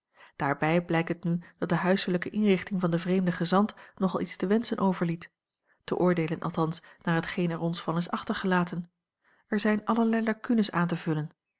daarbij blijkt het nu dat de huiselijke inrichting van den vreemden gezant nogal iets te wenschen overliet te oordeelen althans naar hetgeen er ons van is achtergelaten er zijn allerlei lacunes aan te vullen